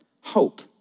hope